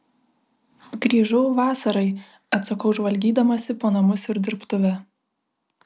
grįžau vasarai atsakau žvalgydamasi po namus ir dirbtuvę